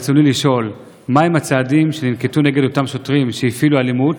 ברצוני לשאול: 1. מהם הצעדים שננקטו נגד אותם שוטרים שהפעילו אלימות?